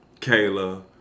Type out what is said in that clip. Kayla